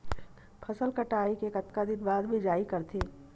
फसल कटाई के कतका दिन बाद मिजाई करथे?